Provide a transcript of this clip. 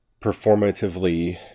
performatively